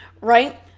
right